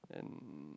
and